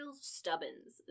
Stubbins